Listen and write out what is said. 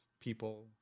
people